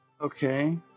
Okay